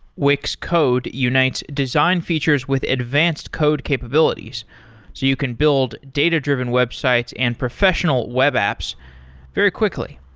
wix code unites design features with advanced code capabilities, so you can build data driven websites and professional web apps very quickly.